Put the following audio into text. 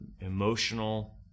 emotional